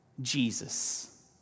Jesus